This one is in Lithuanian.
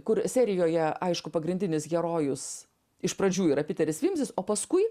kur serijoje aišku pagrindinis herojus iš pradžių yra piteris vimzis o paskui